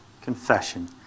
confession